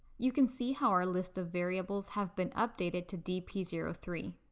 you can see how our list of variables have been updated to d p zero three.